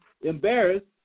embarrassed